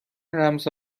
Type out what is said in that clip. رمز